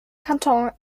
kanton